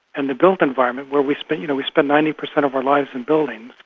and the built environment, where we spend you know we spend ninety percent of our lives in buildings,